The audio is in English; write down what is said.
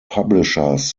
publishers